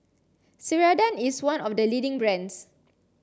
Ceradan is one of the leading brands